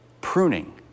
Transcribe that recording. pruning